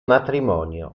matrimonio